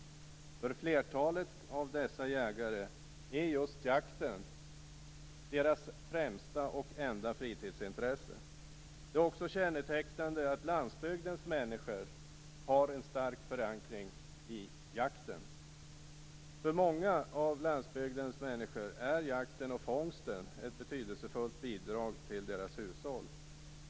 För flertalet av dessa jägare är just jakten deras främsta och enda fritidsintresse. Det är också kännetecknande att landsbygdens människor har en stark förankring i jakten. För många av landsbygdens människor är jakten och fångsten ett betydelsefullt bidrag till deras hushåll.